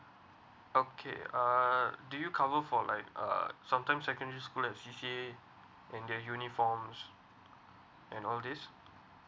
okay uh do you cover for like uh sometime secondary school and their uniform and all these